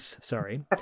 Sorry